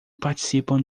participam